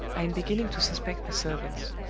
i'm beginning to suspect the servants.